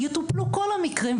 יטופלו כל המקרים,